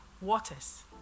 waters